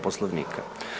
Poslovnika.